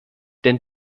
denn